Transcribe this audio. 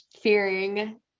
fearing